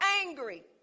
angry